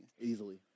easily